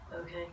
Okay